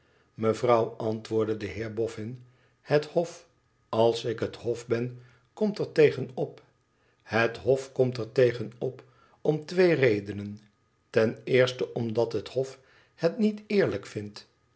imevrouw antwoordde de heer boffin het hof als ik het hof ben komt er tegen op het hof komt er tegen op om twee redenen ten eerste omdat het hof het niet eerlijk vindt